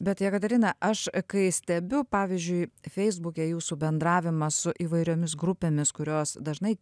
bet jekaterina aš kai stebiu pavyzdžiui feisbuke jūsų bendravimą su įvairiomis grupėmis kurios dažnai